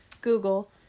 google